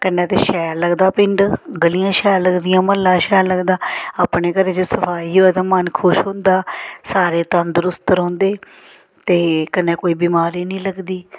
कन्नै ते शैल लगदा पिंड गलियां शैल लगदियां म्हल्ला शैल लगदा अपने घरै च सफाई होऐ ते मन खुश होंदा सारे तंदरुस्त रौंह्दे ते कन्नै कोई बमारी निं लगदी